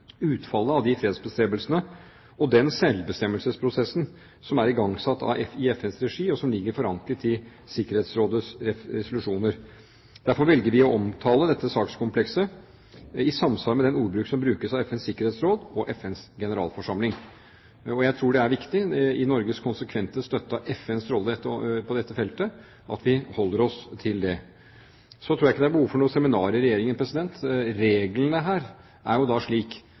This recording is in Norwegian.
utfallet av de fredsbestrebelsene og den selvbestemmelsesprosessen som er igangsatt i FNs regi, og som ligger forankret i Sikkerhetsrådets resolusjoner. Derfor velger vi å omtale dette sakskomplekset i samsvar med den ordbruk som benyttes av FNs sikkerhetsråd og FNs generalforsamling. Jeg tror det er viktig i Norges konsekvente støtte av FNs rolle på dette feltet at vi holder oss til det. Så tror jeg ikke det er behov for noe seminar i Regjeringen. Reglene her er jo da slik